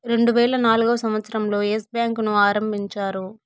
రెండువేల నాల్గవ సంవచ్చరం లో ఎస్ బ్యాంకు ను ఆరంభించారు